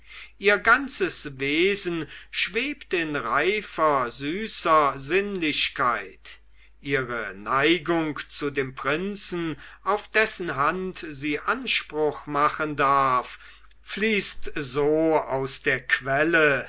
ihr ganzes wesen schwebt in reifer süßer sinnlichkeit ihre neigung zu dem prinzen auf dessen hand sie anspruch machen darf fließt so aus der quelle